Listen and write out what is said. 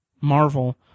Marvel